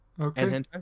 Okay